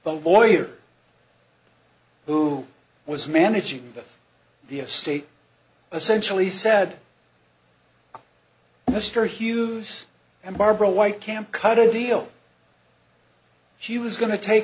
the lawyer who was managing the of state essential he said mr hughes and barbara white can cut a deal she was going to take